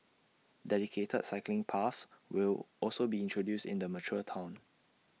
dedicated cycling paths will also be introduced in the mature Town